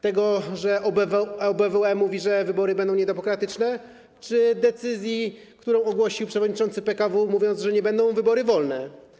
Tego, że OBWE mówi, że wybory będą niedemokratyczne, czy decyzji, którą ogłosił przewodniczący PKW, mówiąc, że nie będą to wybory wolne?